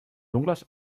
ungles